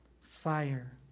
fire